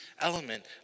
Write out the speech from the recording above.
element